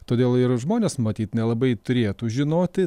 todėl ir žmonės matyt nelabai turėtų žinoti